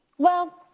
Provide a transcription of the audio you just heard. well,